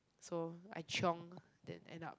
so I chiong then end up